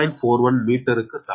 41 மீட்டருக்கு சமம்